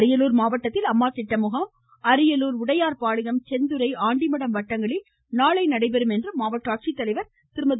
அரியலூர் மாவட்டத்தில் அம்மா திட்டமுகாம் அரியலூர் உடையார்பாளையம் செந்துறை ஆண்டிமடம் வட்டங்களில் நாளை மறுநாள் நடைபெற உள்ளதாக மாவட்ட ஆட்சித்தலைவர் திருமதி